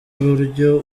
uburyo